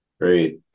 great